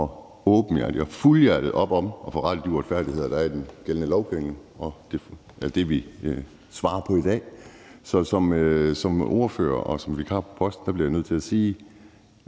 helhjertet og åbent op om at få rettet de uretfærdigheder, der er i den gældende lovgivning. Det er det, vi svarer på i dag. Som ordfører og som vikar på posten bliver jeg nødt til at sige,